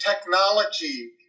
technology